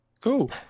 cool